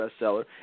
bestseller